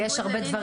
ויש הרבה דברים.